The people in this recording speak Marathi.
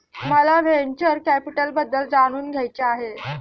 मला व्हेंचर कॅपिटलबद्दल जाणून घ्यायचे आहे